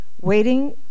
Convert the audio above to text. waiting